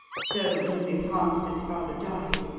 so when miss harmstead's father died,